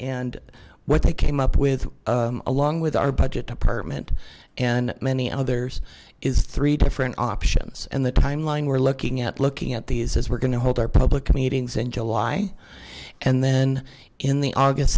and what they came up with along with our budget department and many others is three different options and the timeline we're looking at looking at these as we're going to hold our public meetings in july and then in the august